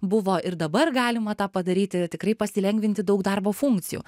buvo ir dabar galima tą padaryti tikrai pasilengvinti daug darbo funkcijų